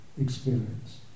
experience